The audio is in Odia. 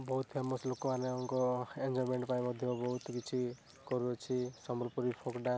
ବହୁତ ଫେମସ୍ ଲୋକମାନଙ୍କ ଏଞ୍ଜୟମେଣ୍ଟ ପାଇଁ ମଧ୍ୟ ବହୁତ କିଛି କରୁଅଛି ସମ୍ବଲପୁରୀ ଫୋକ୍ ଡ୍ୟାନ୍ସ